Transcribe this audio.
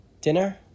Dinner